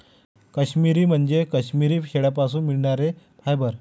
काश्मिरी म्हणजे काश्मिरी शेळ्यांपासून मिळणारे फायबर